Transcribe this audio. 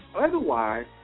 Otherwise